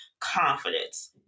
confidence